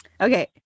Okay